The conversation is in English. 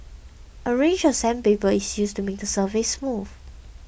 a range of sandpaper is used to make surface smooth